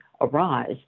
arise